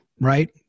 right